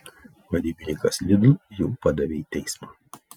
vadybininkas lidl jau padavė į teismą